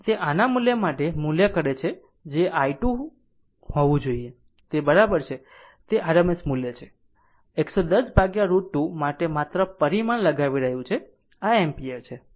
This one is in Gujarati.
તે આના માટે મૂલ્ય કરે છે કે જે i2 હોવું જોઈએ તે બરાબર છે તે rms મૂલ્ય છે 110√ 2 માટે માત્ર પરિમાણ લગાવી રહ્યું છે આ એમ્પીયર છે